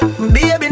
Baby